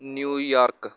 New York